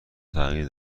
تغییر